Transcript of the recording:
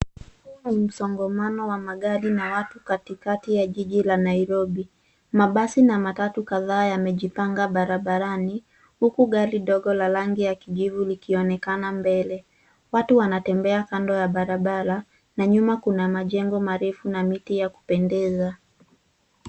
Huu ni msongamano wa magari na watu katikati ya jiji la Nairobi. Mabasi na matatu kadhaa yamejipanga barabarani huku gari dogo la rangi ya kijivu likionekana mbele. Watu wanatembea kando ya barabara na nyuma kuna majengo marefu na miti ya kupendeza.